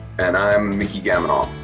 and i'm mickey gaminol.